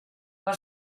per